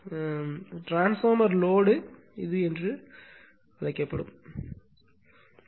எனவே transformer load என்று அழைக்கப்படுகிறது